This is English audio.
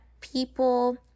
people